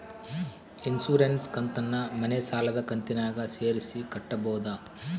Insurance ಕಂತನ್ನ ಮನೆ ಸಾಲದ ಕಂತಿನಾಗ ಸೇರಿಸಿ ಕಟ್ಟಬೋದ?